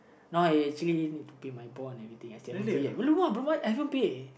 now I actually need to pay my bond everything I haven't pay yet but I haven't pay